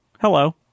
hello